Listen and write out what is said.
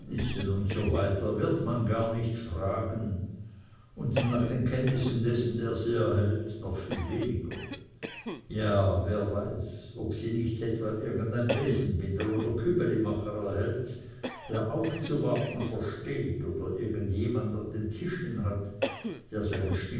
usw wird man gar nicht fragen und nach den kenntnissen dessen der sie erhält noch viel weniger ja wer weiß ob sie nicht etwa irgend ein besenbinder oder kübelimacher erhält der aufzuwarten versteht oder irgend jemand an den tischen hat der